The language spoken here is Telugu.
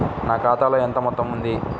నా ఖాతాలో ఎంత మొత్తం ఉంది?